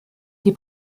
die